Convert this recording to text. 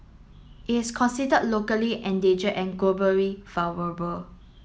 it is consider locally endanger and globally vulnerable